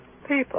People